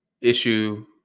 issue